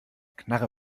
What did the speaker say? knarre